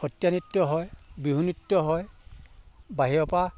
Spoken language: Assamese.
সত্ৰীয়া নৃত্য হয় বিহু নৃত্য হয় বাহিৰৰপৰা